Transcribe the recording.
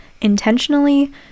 intentionally